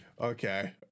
Okay